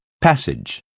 Passage